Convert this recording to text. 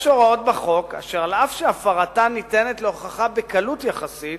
יש הוראות בחוק אשר אף שהפרתן ניתנת להוכחה בקלות יחסית